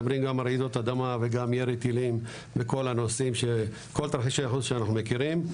רעידות אדמה וגם ירי טילים וכל התרחישים שאנחנו מכירים.